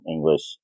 English